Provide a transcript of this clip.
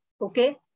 okay